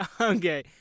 Okay